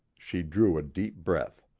she drew a deep breath.